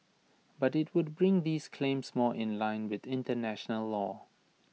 but IT would bring these claims more in line with International law